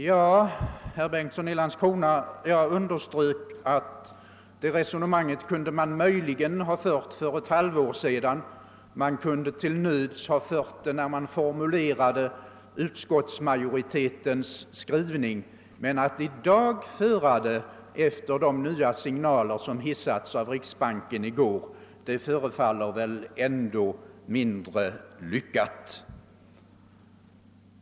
Ja, herr Bengtsson i Landskrona, det resonemanget kunde man möjligen ha fört för ett halvår sedan, man kunde till nöds ha fört det när man formulerade utskottsmajoritetens skrivning, men att föra det i dag efter de nya signaler som hissats av riksbanken i går förefaller ändå mindre lyckat.